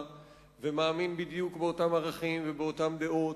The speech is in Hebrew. ומאמין בדיוק באותם ערכים ובאותן דעות.